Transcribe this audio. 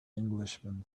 englishman